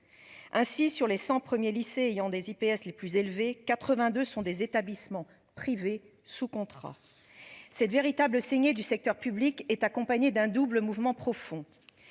Ainsi, sur les 100 premiers lycées ayant des IPS les plus élevés, 82 sont des établissements privés sous contrat. Cette véritable saignée du secteur public est accompagnée d'un double mouvement profond.